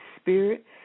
Spirit